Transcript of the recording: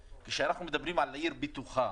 כשאנחנו מדברים על "עיר בטוחה",